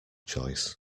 choice